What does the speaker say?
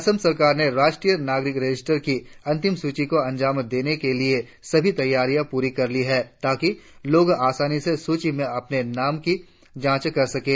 असम सरकार ने राष्ट्रीय नागरिक रजिस्टर की अंतिम सूची को अंजाम देने के लिए सभी तैयारियां पूरी कर ली हैं ताकि लोग आसानी से सूची में अपने नाम की जांच कर सकें